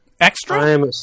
Extra